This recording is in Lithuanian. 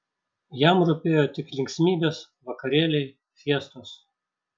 jam rūpėjo tik linksmybės vakarėliai fiestos